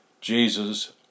Jesus